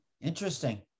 interesting